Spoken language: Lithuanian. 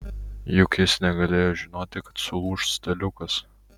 juk jis negalėjo žinoti kad sulūš staliukas